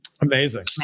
Amazing